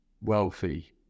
wealthy